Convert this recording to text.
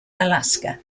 alaska